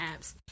apps